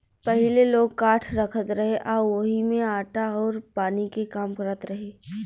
पहिले लोग काठ रखत रहे आ ओही में आटा अउर पानी के काम करत रहे